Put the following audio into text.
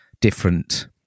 different